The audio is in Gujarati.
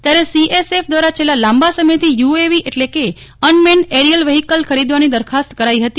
ત્યારે બીએસએફ દ્વારા છેલ્લા લાંબા સમયથી યુએવી એટલે કે અનમેન્ડ એરિયલ વેહિકલ ખરીદવાની દરખાસ્ત કરાઈ હતી